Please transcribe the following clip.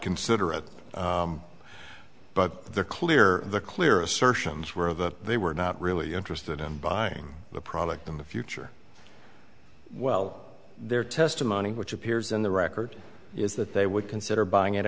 consider it but they're clear the clear assertions were that they were not really interested in buying the product in the future well their testimony which appears in the record is that they would consider buying it